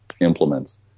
implements